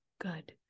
good